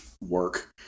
work